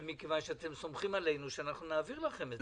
מכיוון שאתם סומכים עלינו שנעביר לכם את זה.